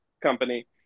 Company